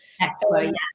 Excellent